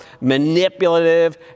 manipulative